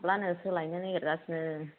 हाब्लानो सोलायनो नागिरगासिनो